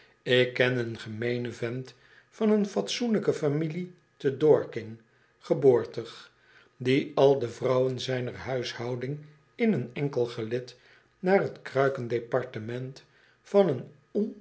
ik ken een gemeenen vent van een fatsoenlijke familie te dorking geboortig die al de vrouwen zijner huishouding in een enkel gelid naar t kruikendepartement van een